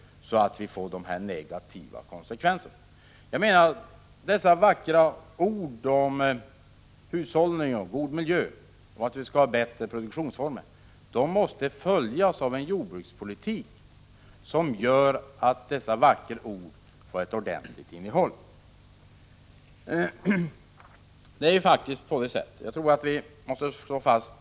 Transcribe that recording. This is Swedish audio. Jag menar att dessa vackra ord om hushållning, god miljö och bättre produktionsformer måste följas av en jordbrukspolitik som leder till att dessa vackra ord får ett ordentligt innehåll. Jag tror att vi måste slå fast fem mål för jordbrukspolitiken.